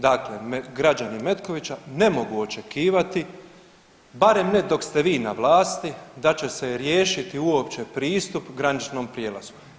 Dakle, građani Metkovića ne mogu očekivati barem ne dok ste vi na vlasti da će se riješiti uopće pristup graničnom prijelazu.